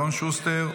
אלון שוסטר,